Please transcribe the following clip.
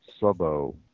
Subo